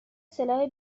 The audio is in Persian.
سلاح